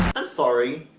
i'm sorry,